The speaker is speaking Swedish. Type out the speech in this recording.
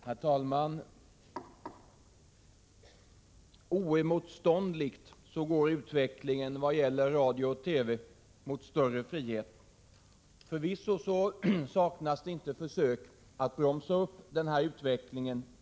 Herr talman! Oåterkallerligen går utvecklingen när det gäller radio och TV mot större frihet. Förvisso saknas det inte försök att bromsa denna utveckling.